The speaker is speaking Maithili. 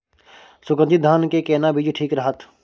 सुगन्धित धान के केना बीज ठीक रहत?